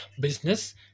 Business